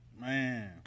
Man